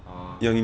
err